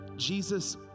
Jesus